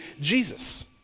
Jesus